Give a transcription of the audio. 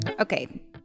Okay